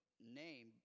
name